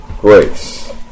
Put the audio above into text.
Grace